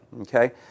okay